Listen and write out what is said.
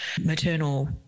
maternal